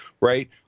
right